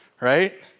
right